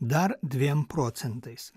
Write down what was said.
dar dviem procentais